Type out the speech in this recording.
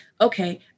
Okay